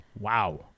Wow